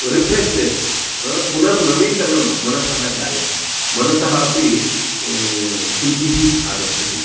refreshness पुनर्नवीकरणं मनसः जायते मनसः अपि शुद्धिः आगच्छति